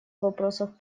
вопросов